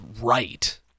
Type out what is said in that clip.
right